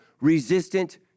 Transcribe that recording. resistant